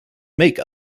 make